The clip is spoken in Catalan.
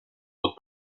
vot